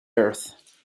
earth